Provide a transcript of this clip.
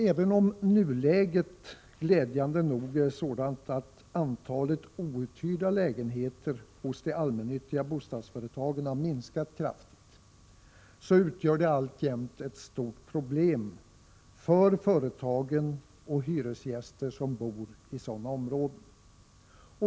Även om nuläget glädjande nog är sådant att antalet outhyrda lägenheter hos de allmännyttiga bostadsföretagen har minskat kraftigt, finns det här alltjämt stora problem för både företag och hyresgäster.